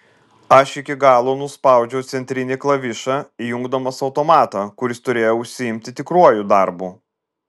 aš iki galo nuspaudžiau centrinį klavišą įjungdamas automatą kuris turėjo užsiimti tikruoju darbu